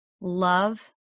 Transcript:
love